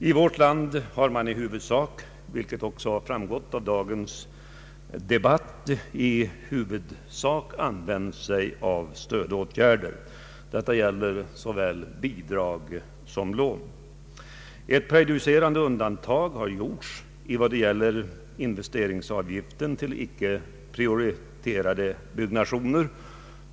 I vårt land har man — vilket också framgått av dagens debatt — i huvudsak använt stödåtgärder. Detta gäller såväl bidrag som lån. Ett prejudicerande undantag har gjorts i fråga om investeringsavgift för icke prioriterade byggnationer.